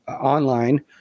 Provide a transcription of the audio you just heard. online